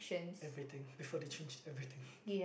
everything before they changed everything